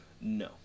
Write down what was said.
No